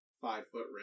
five-foot